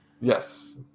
Yes